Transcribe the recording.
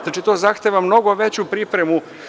Znači, to zahteva mnogo veću pripremu.